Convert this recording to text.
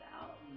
out